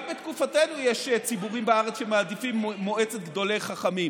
גם בתקופתנו יש ציבורים בארץ שמעדיפים מועצת גדולי חכמים.